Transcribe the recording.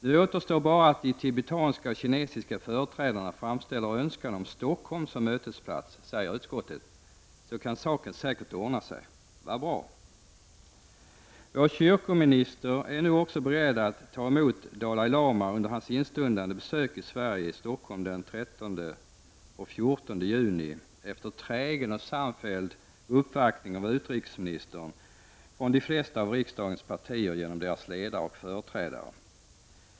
Nu återstår bara att de tibetanska och de kinesiska företrädarna framställer önskan om Stockholm som mötesplats, säger utskottet, så kan säkert saken ordna sig. Vad bra! Vår kyrkominister är nu också beredd att ta emot Dalai Lama under hans instundande besök i Sverige och Stockholm den 13—14 juni, efter trägen och samfälld uppvaktning av utrikesministern och de flesta av riksdagens partier genom deras ledare och företrädare.